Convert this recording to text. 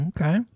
Okay